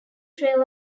trail